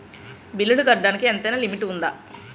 బిల్లులు కట్టడానికి ఎంతైనా లిమిట్ఉందా?